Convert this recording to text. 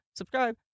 Subscribe